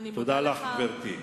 תודה לך, גברתי.